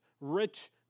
rich